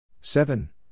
seven